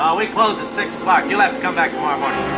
um we closed at six o'clock. you'll have to come back tomorrow morning.